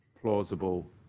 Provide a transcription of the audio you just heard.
plausible